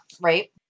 Right